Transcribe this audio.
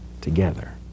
together